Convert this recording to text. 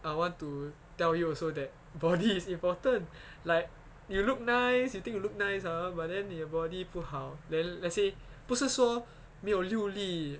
I want to tell you also that body is important like you look nice you think you look nice ah but then your body 不好 then let's say 不是说没有六粒